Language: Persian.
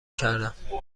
کردم